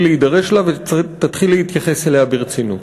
להידרש לה ותתחיל להתייחס אליה ברצינות.